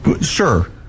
Sure